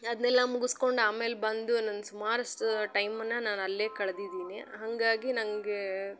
ಅದನ್ನೆಲ್ಲ ಮುಗುಸ್ಕೊಂಡು ಆಮೇಲೆ ಬಂದು ನನ್ನ ಸುಮಾರಷ್ಟು ಟೈಮನ್ನು ನಾನು ಅಲ್ಲೇ ಕಳ್ದಿದ್ದೀನಿ ಹಾಗಾಗಿ ನನಗೆ